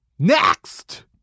Next